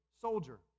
soldier